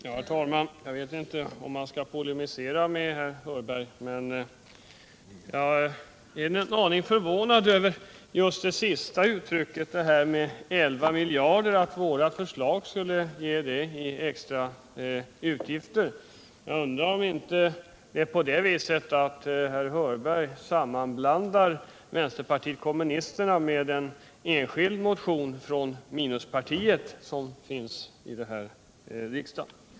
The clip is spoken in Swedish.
Herr talman! Jag vet inte om jag skall polemisera mot herr Hörberg, men jag är en aning förvånad över hans resonemang om att våra förslag skulle innebära 11 miljarder kronor i extra utgifter. Jag undrar om inte herr Hörberg sammanblandar vänsterpartiet kommunisternas förslag med en enskild motion från minuspartiet i denna riksdag.